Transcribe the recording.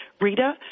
Rita